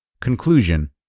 Conclusion